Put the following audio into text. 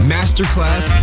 Masterclass